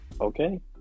okay